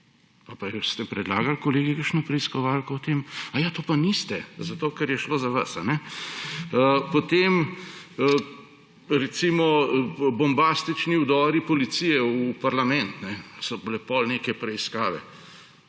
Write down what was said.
Ali ste predlagali, kolegi, kakšno preiskovalko o tem? Aja, tega pa niste, ker je šlo za vas. Potem recimo bombastični vdori policije v parlament, ko so bile potem neke preiskave.